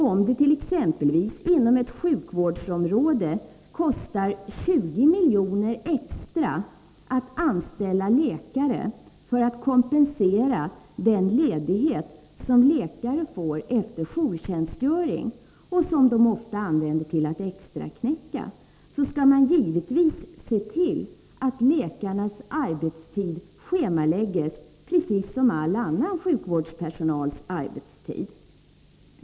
Om det t.ex. inom ett sjukvårdsområde kostar 20 miljoner extra att anställa läkare för att kompensera den ledighet som läkare får efter jourtjänstgöring och som de ofta använder till att extraknäcka, skall man givetvis se till att läkarnas arbetstid schemaläggs precis som all annan sjukvårdspersonals arbetstid.